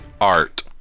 Art